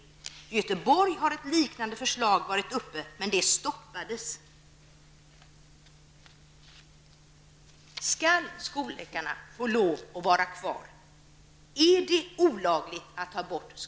I Göteborg har ett liknande förslag tagits upp, men det stoppades.